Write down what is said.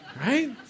right